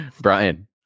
brian